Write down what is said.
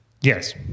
Yes